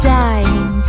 dying